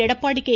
Edappadi K